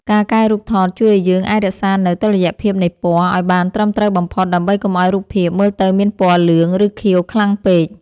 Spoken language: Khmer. ការកែរូបថតជួយឱ្យយើងអាចរក្សានូវ តុល្យភាពនៃពណ៌ ឱ្យបានត្រឹមត្រូវបំផុត ដើម្បីកុំឱ្យរូបភាពមើលទៅមានពណ៌លឿង ឬខៀវខ្លាំងពេក។